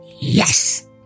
Yes